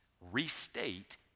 restate